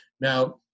Now